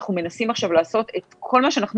ואנחנו מנסים עכשיו לעשות את כל מה שאנחנו